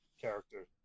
character